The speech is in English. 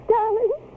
Darling